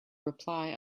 reply